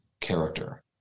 character